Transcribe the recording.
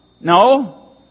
No